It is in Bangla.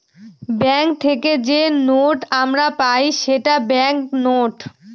ব্যাঙ্ক থেকে যে নোট আমরা পাই সেটা ব্যাঙ্ক নোট